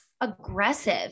aggressive